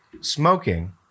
smoking